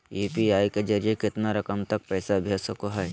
UPI के जरिए कितना रकम तक पैसा भेज सको है?